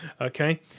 Okay